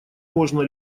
можно